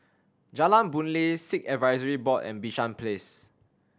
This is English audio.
Jalan Boon Lay Sikh Advisory Board and Bishan Place